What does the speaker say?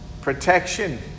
protection